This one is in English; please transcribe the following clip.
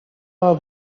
are